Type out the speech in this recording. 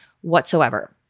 whatsoever